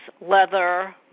leather